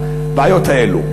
בבעיות האלה?